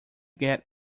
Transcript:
get